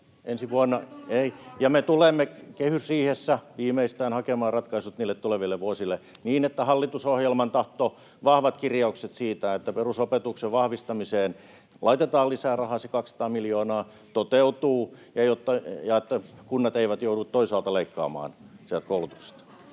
varovainen!] Ja me tulemme viimeistään kehysriihessä hakemaan ratkaisut niille tuleville vuosille niin, että hallitusohjelman tahto — vahvat kirjaukset siitä, että perusopetuksen vahvistamiseen laitetaan lisää rahaa se 200 miljoonaa — toteutuu ja että kunnat eivät joudu toisaalta leikkaamaan sieltä koulutuksesta.